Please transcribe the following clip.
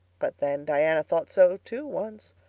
but then diana thought so too, once.